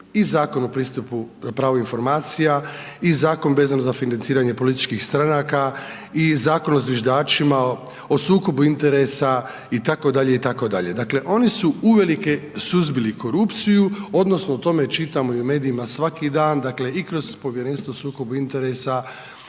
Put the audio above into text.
I Zakon o pristupu na pravo informacija i Zakon vezano za financiranje političkih stranaka i Zakon o zviždačima, o sukobu interesa itd., itd., dakle oni su uvelike suzbili korupciju odnosno o tome čitamo i u medijima svaki dan, dakle, i kroz povjerenstvo o sukobu interesa